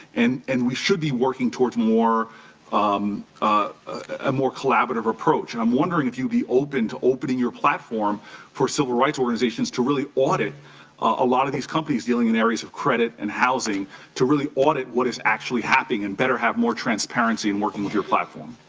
and and we should be working towards more um ah more collaborative approach. i'm wondering if you'd be open to opening your platform for civil rights organizations to really audit a lot of these companies dealing in areas of credit and housing to really you'd what it is actually happening and better have more transparency in working with your platform.